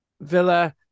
Villa